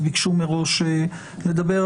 וביקשו מראש לדבר.